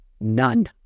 None